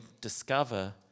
discover